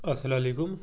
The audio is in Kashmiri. اَلسلامُ علیکُم